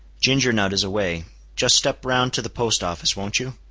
ginger nut is away just step round to the post office, won't you?